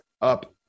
up